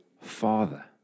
father